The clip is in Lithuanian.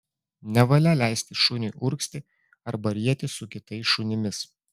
nevalia leisti šuniui urgzti arba rietis su kitais šunimis